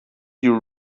you